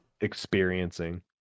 experiencing